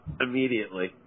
immediately